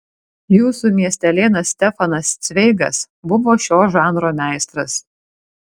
jūsų miestelėnas stefanas cveigas buvo šio žanro meistras